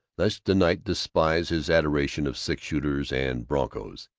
lest the knight despise his adoration of six-shooters and broncos.